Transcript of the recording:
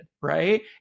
Right